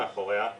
אגרת גודש